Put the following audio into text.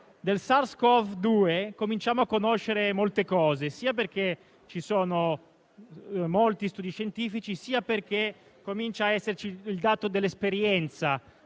del Sars-Cov-2 cominciamo a conoscere molte cose, sia perché ci sono molti studi scientifici, sia perché comincia a esserci il dato dell'esperienza